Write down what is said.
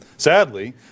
Sadly